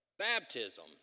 baptism